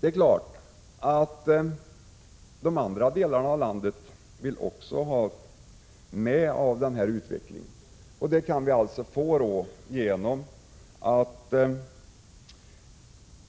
Det är klart att andra delar av landet vill vara med i denna utveckling, och det kan vi uppnå genom att